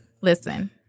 Listen